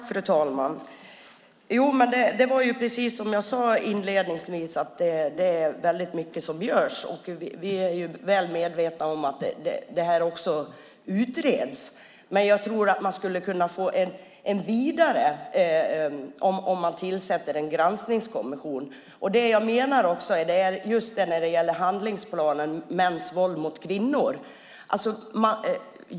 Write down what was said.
Fru talman! Precis som jag sade inledningsvis görs det väldigt mycket, och vi är väl medvetna om att det här utreds just nu. Men vi tror att man skulle få det vidare om vi tillsatte en granskningskommission. Det var det jag menade också när det gäller handlingsplanen Mäns våld mot kvinnor.